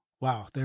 wow